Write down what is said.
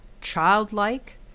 childlike